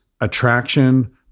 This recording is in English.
attraction